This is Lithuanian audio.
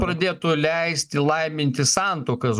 pradėtų leisti laiminti santuokas